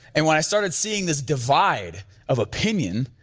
and when i started seeing this divide of opinion,